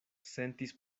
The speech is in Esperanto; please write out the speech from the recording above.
sentis